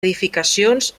edificacions